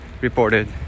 reported